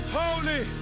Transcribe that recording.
holy